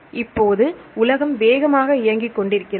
இப்போது உலகம் வேகமாக இயங்கிக் கொண்டிருக்கிறது